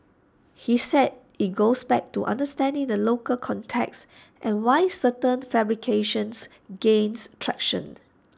he said IT goes back to understanding the local context and why certain fabrications gains traction